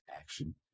action